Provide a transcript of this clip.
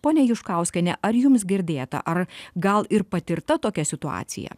ponia juškauskiene ar jums girdėta ar gal ir patirta tokia situacija